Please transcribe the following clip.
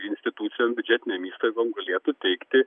institucijom biudžetinėm įstaigom galėtų teikti